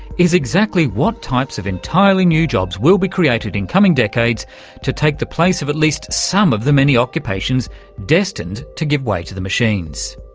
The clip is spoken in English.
is exactly what types of entirely new jobs will be created in coming decades to take the place of at least some of the many occupations destined to give way to the machines?